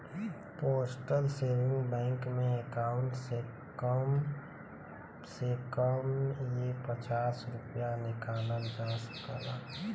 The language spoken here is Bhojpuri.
पोस्टल सेविंग बैंक में अकाउंट से कम से कम हे पचास रूपया निकालल जा सकता